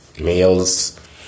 males